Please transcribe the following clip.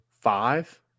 Five